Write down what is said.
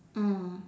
mm